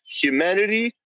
humanity